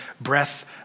breath